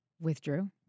Withdrew